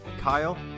Kyle